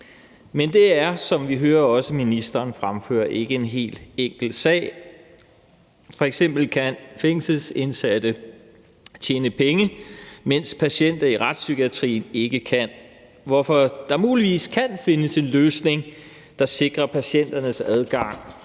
Men det er, som vi også hører ministeren fremføre, ikke en helt enkelt sag. F.eks. kan fængselsindsatte tjene penge, mens patienter i retspsykiatrien ikke kan, hvorfor der muligvis kan findes en løsning, der sikrer patienternes adgang